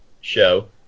show